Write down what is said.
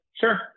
Sure